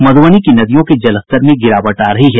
मध्रबनी की नदियों के जलस्तर में गिरावट आ रही है